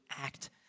act